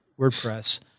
WordPress